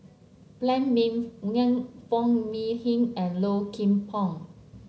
Phan Ming Yen Foo Mee Hin and Low Kim Pong